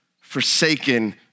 forsaken